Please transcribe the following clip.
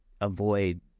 avoid